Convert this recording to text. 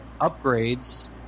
upgrades